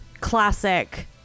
classic